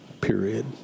period